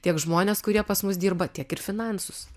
tiek žmones kurie pas mus dirba tiek ir finansus